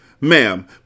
Ma'am